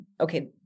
okay